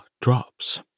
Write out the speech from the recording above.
drops